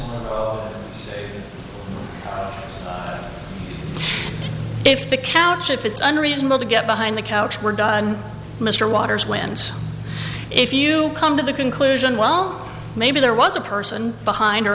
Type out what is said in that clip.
if the couch if it's unreasonable to get behind the couch we're done mr waters wins if you come to the conclusion well maybe there was a person behind